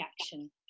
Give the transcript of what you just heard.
action